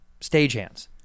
stagehands